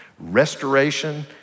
restoration